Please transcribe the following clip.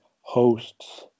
hosts